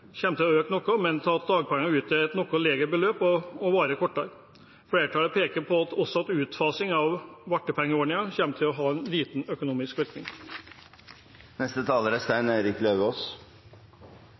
til å øke noe, men at dagpenger utgjør et noe lavere beløp og varer kortere. Flertallet peker også på at utfasingen av vartpengeordningen kommer til å ha liten økonomisk virkning.